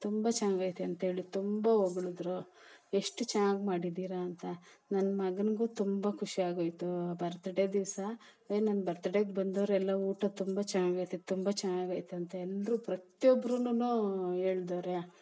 ತುಂಬ ಚೆನಾಗೈತೆ ಅಂತ್ಹೇಳಿ ತುಂಬ ಹೊಗ್ಳುದ್ರು ಎಷ್ಟು ಚೆನ್ನಾಗ್ ಮಾಡಿದ್ದೀರಾ ಅಂತ ನನ್ನ ಮಗನ್ಗು ತುಂಬ ಖುಷಿಯಾಗೋಯ್ತು ಬರ್ತಡೇ ದಿವಸ ಏ ನನ್ನ ಬರ್ತಡೇಗೆ ಬಂದವ್ರೆಲ್ಲ ಊಟ ತುಂಬ ಚೆನ್ನಾಗೈತೆ ತುಂಬ ಚೆನ್ನಾಗೈತೆ ಅಂತ ಎಲ್ಲರೂ ಪ್ರತಿಯೊಬ್ರುನು ಹೇಳ್ದವ್ರೆ